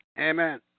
Amen